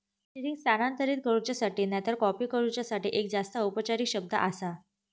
seeding स्थानांतरित करूच्यासाठी नायतर कॉपी करूच्यासाठी एक जास्त औपचारिक शब्द आसा